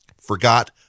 forgot